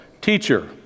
teacher